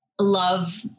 love